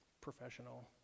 professional